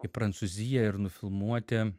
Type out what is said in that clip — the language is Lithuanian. į prancūziją ir nufilmuoti